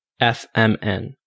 FMN